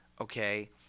okay